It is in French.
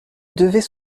devait